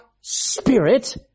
spirit